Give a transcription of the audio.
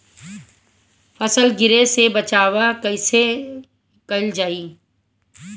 फसल गिरे से बचावा कैईसे कईल जाई?